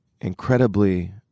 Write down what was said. incredibly